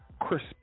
crisp